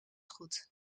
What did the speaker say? goed